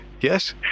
Yes